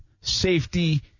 safety